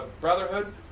Brotherhood